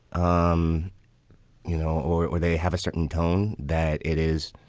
um you know, or or they have a certain tone that it is,